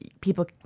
People